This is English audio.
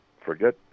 forget